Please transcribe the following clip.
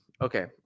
Okay